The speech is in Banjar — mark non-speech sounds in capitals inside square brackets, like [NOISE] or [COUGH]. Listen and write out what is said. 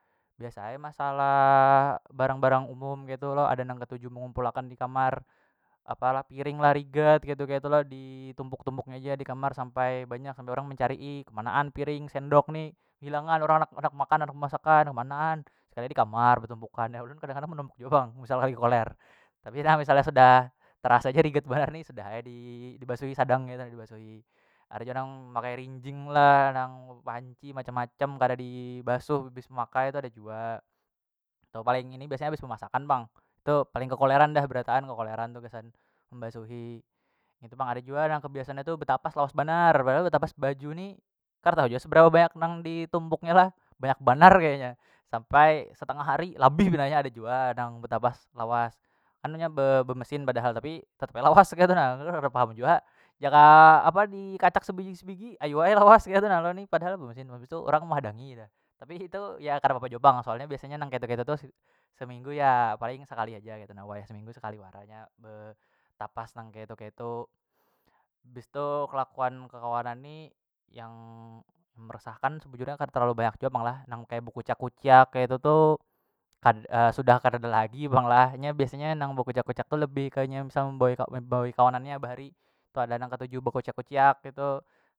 Biasa ai masalah barang- barang umum ketu lo nang katuju mengumpul akan dikamar apa lah piring lah rigat ketu- ketu lo di- ditumpuk- tumpuk nya haja dikamar sampai banyak sampai urang mencari'i kemanaan piring sendok ni hilangan urang handak makan handak bemasakan nang manaan sekalinya dikamar betumpukan ya ulun kadang- kadang menumpuk jua pang misal lagi koler tapi dah misal nya sudah terasa ja rigat banar ni sudah ai di basuhi sadang ketu na dibasuhi ada ja nang makai rinjing lah nang panci macam- macam kada di basuh habis makai tu ada jua atau paling ini biasanya habis bemasakan pang tu paling kekoleran dah berataan kekoleran tu gasan membasuhi ngitu pang ada jua nah kebiasaan nya tu betapas lawas banar padahal betapas baju ni kada tahu jua seberapa banyak nang ditumpuk nya lah banyak banar kayanya sampai setengah hari labih pina nya ada jua nang betapas lawas kan nya bemesin padahal tapi tetap ai lawas kaitu na [LAUGHS] kada paham jua jaka apa dikacak sebigi- sebigi ayu ai lawas ketu na lo ni padahal bemesin habis tu orang mehadangi dah tapi itu ya kada papa jua pang soalnya ketu- ketu tu seminggu ya paling sekali aja ketu na wayah seminggu sekali wara nya be tapas nang ketu- ketu. Bistu kelakuan kekawanan ni yang meresahkan sebujurnya kada terlalu banyak jua pang lah nang bekuciak- kuciak kaitu tu [HESITATION] sudah kadada lagi pang lah nya biasanya nang bekuciak- kuciak tu lebih nya misal membawai kawanan nya bahari tu ada nang ketuju bekuciak- kuciak ketu.